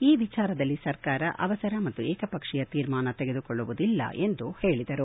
ಈ ವಿಚಾರದಲ್ಲಿ ಸರ್ಕಾರ ಅವಸರ ಮತ್ತು ಏಕಪಕ್ಷೀಯ ತೀರ್ಮಾನ ತೆಗೆದುಕೊಳ್ಳುವುದಿಲ್ಲ ಎಂದು ಹೇಳಿದರು